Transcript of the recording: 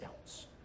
else